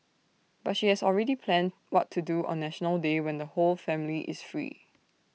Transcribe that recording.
but she has already planned what to do on National Day when the whole family is free